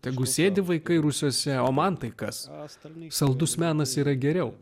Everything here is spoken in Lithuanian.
tegu sėdi vaikai rūsiuose o man tai kas stalinui saldus menas yra geriau